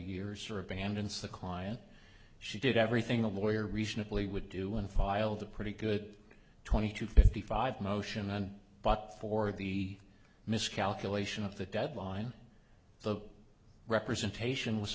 years or abandons the client she did everything the lawyer reasonably would do and filed a pretty good twenty two fifty five motion and but for the miscalculation of the deadline the representation was